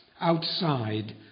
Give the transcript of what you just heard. outside